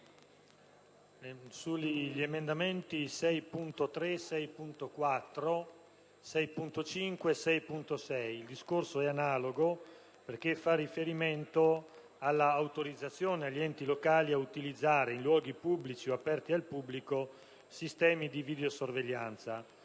sugli emendamenti 6.3, 6.4, 6.5 e 6.6. Il discorso è analogo perché si fa riferimento all'autorizzazione agli enti locali ad utilizzare in luoghi pubblici o aperti al pubblico sistemi di videosorveglianza.